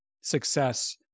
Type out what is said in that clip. success